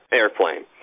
airplane